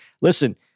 listen